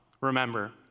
Remember